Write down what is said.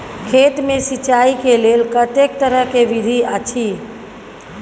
खेत मे सिंचाई के लेल कतेक तरह के विधी अछि?